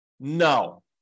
No